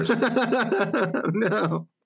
No